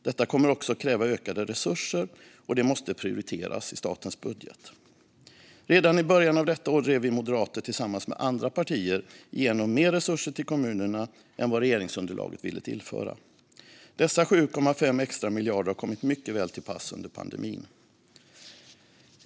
Detta kommer också att kräva ökade resurser, och det måste prioriteras i statens budget. Redan i början av detta år drev vi moderater tillsammans med andra partier igenom mer resurser till kommunerna än vad regeringsunderlaget ville tillföra. Dessa 7,5 extra miljarder har kommit mycket väl till pass under pandemin.